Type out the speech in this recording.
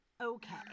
Okay